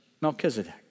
Melchizedek